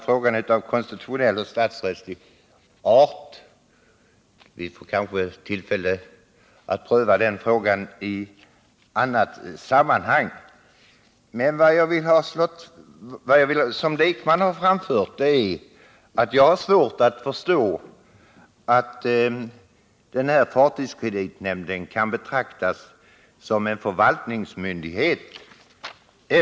Frågan är av konstitutionell och statsrättslig art. Vi får kanske tillfälle att pröva den frågan i annat sammanhang. Men vad jag som lekman har framfört är att jag har svårt att förstå att fartygskreditnämnden kan betraktas som en förvaltningsmyndighet.